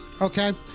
okay